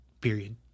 period